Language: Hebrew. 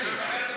ההצבעה היא